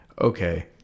okay